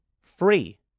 free